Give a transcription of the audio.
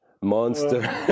monster